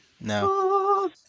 No